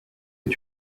est